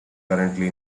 currently